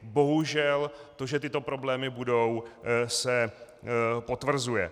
Bohužel to, že tyto problémy budou, se potvrzuje.